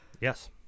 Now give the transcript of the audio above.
Yes